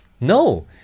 No